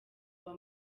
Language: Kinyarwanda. uwa